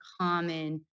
common